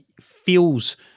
feels